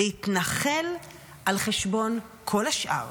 להתנחל על חשבון כל השאר.